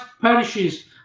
perishes